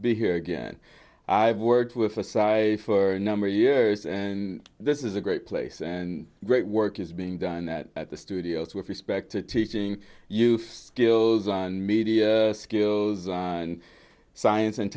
be here again i've worked with for size for a number of years and this is a great place and great work is being done at the studios with respect to teaching use stills and media skills and science and